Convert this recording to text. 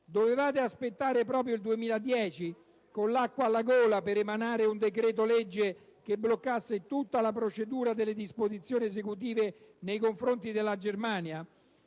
Dovevate aspettare proprio il 2010, con l'acqua alla gola, per emanare un decreto legge che bloccasse tutta la procedura delle disposizioni esecutive nei confronti della Germania?